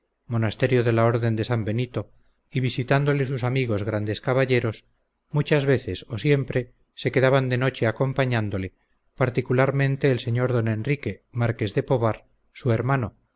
monasterio de la orden de san benito y visitándole sus amigos grandes caballeros muchas veces o siempre se quedaban de noche acompañándole particularmente el sr d enrique marqués de pobar su hermano